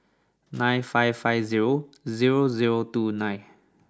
nine five five zero zero zero two nine